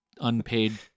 unpaid